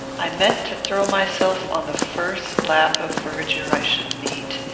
i meant to throw myself on the first lap of verdure i should meet,